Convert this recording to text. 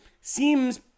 seems